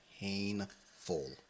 painful